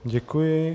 Děkuji.